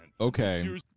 okay